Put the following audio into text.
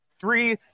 three